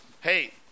hey